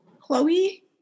Chloe